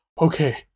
okay